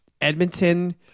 Edmonton